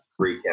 recap